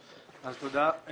תודה.